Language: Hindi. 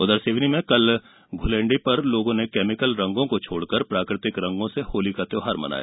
उधर सिवनी में कल धुलेंडी पर लोगों ने कैमिकल रंगों को छोड़ प्राकृतिक रंगों से होली का त्यौहार मनाया